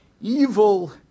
evil